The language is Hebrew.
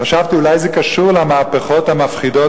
חשבתי שאולי זה קשור למהפכות המפחידות